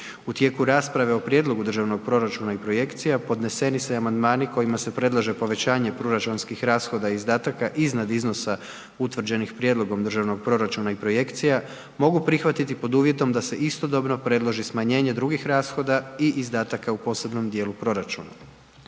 U tijeku rasprave o prijedlogu Državnog proračuna i projekcija, podnesene se amandmani kojima se predlaže povećanje proračunskih rashoda i izdataka iznad iznosa utvrđenih prijedlogom Državnog proračuna i projekcija mogu prihvatiti pod uvjetom da se istodobno predloži smanjenje drugih rashoda i izdataka u posebnom dijelu proračuna.